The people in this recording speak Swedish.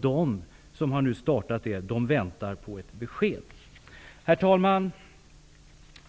De som har gjort det väntar nu på ett besked. Herr talman!